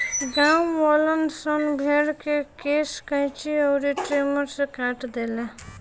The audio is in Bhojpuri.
गांववालन सन भेड़ के केश कैची अउर ट्रिमर से काट देले